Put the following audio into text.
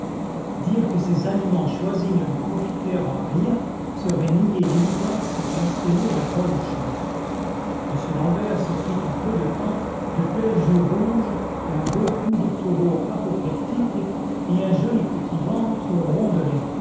dire que ces aliments choisis ne lui profitèrent en rien serait nier l'évidence et blasphémer la bonne chère m l'ambert se fit en peu de temps de belles joues rouges un beau cou de taureau apoplectique et un joli petit ventre rondelet